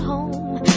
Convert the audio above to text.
Home